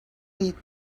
dit